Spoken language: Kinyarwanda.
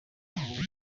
ahubwo